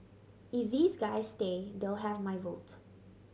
if these guys stay they'll have my vote